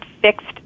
fixed